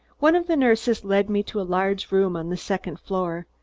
one of the nurses led me to a large room on the second floor.